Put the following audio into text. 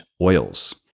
oils